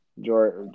George